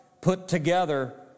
put-together